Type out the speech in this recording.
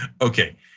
Okay